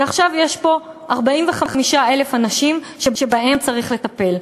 עכשיו יש פה 45,000 אנשים שבהם צריך לטפל,